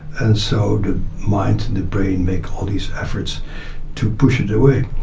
and so the mind and the brain make all these efforts to push it away.